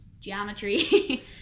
geometry